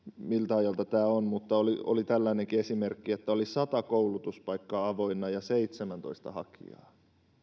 miltä ajalta tämä on mutta oli oli tällainenkin esimerkki että oli sata koulutuspaikkaa avoinna ja seitsemäntoista hakijaa